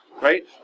right